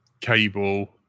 cable